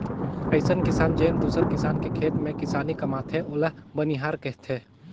अइसन किसान जेन दूसर किसान के खेत में किसानी कमाथे ओला बनिहार केहथे